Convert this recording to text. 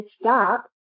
stop